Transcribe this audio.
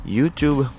YouTube